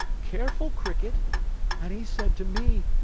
careful, cricket and he said to me,